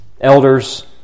elders